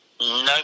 No